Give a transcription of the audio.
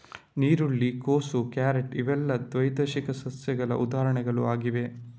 ನೀರುಳ್ಳಿ, ಕೋಸು, ಕ್ಯಾರೆಟ್ ಇವೆಲ್ಲ ದ್ವೈವಾರ್ಷಿಕ ಸಸ್ಯಗಳ ಉದಾಹರಣೆಗಳು ಆಗಿವೆ